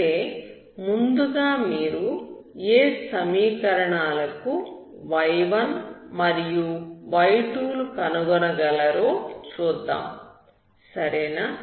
అయితే ముందుగా మీరు ఏ సమీకరణాలకు y1 మరియు y2 లు కనుగొనగలరో చూద్దాం సరేనా